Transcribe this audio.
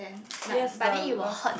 yes the last